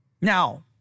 Now